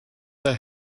that